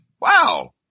wow